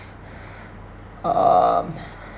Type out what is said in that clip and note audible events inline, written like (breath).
(breath) um (breath)